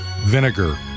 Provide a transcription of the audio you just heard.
vinegar